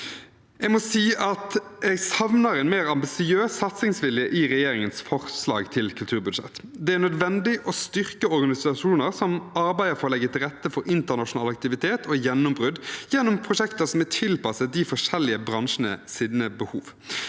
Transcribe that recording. jeg savner en mer ambisiøs satsingsvilje i regjeringens forslag til kulturbudsjett. Det er nødvendig å styrke organisasjoner som arbeider for å legge til rette for internasjonal aktivitet og gjennombrudd gjennom prosjekter som er tilpasset de forskjellige bransjenes behov.